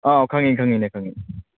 ꯑꯥ ꯈꯪꯉꯤ ꯈꯪꯉꯤꯅꯦ ꯈꯪꯉꯤꯅꯦ